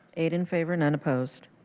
eight in favor none opposed.